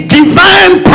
divine